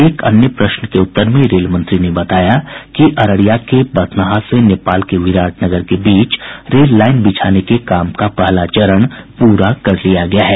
एक अन्य प्रश्न के उत्तर में रेल मंत्री ने बताया कि अररिया के बथनाहा से नेपाल के विराट नगर के बीच रेललाइन बिछाने के काम का पहला चरण पूरा कर लिया गया है